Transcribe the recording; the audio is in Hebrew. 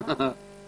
הערבית.